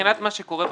מבחינת מה שקורה בשוק,